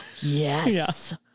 yes